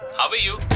how are you?